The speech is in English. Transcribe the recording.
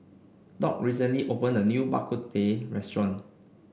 Doc recently opened a new Bak Ku Teh restaurant